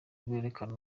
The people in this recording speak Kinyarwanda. rwerekana